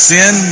Sin